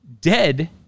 dead